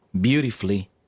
beautifully